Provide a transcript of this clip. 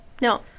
No